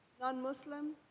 non-Muslim